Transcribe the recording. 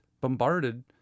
bombarded